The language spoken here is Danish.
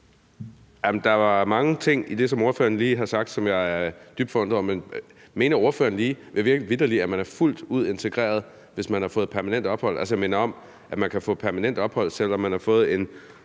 der var mange ting i det, som ordføreren lige har sagt, som jeg er dybt forundret over. Men mener ordføreren vitterlig, at man er fuldt ud integreret, hvis man har fået permanent ophold? Altså, jeg minder om, at man kan få permanent ophold, selv om man har fået en